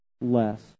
less